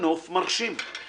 הנוף מרשים//